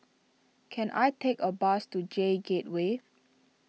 can I take a bus to J Gateway